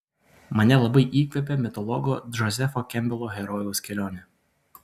mane labai įkvepia mitologo džozefo kempbelo herojaus kelionė